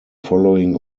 following